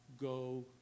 go